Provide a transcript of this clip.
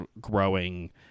growing